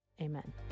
Amen